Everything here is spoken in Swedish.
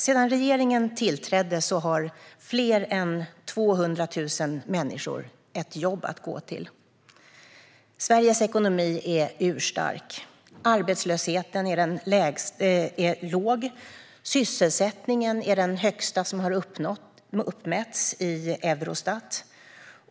Sedan regeringen tillträdde har fler än 200 000 människor ett jobb att gå till. Sveriges ekonomi är urstark. Arbetslösheten är låg, sysselsättningen är den högsta som har uppmätts av Eurostat.